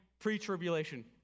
pre-tribulation